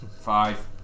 Five